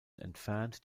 entfernt